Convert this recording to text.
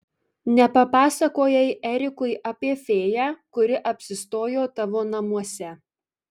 nepapasakojai erikui apie fėją kuri apsistojo tavo namuose